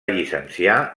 llicenciar